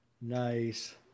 Nice